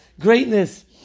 greatness